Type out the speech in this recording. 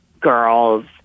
girls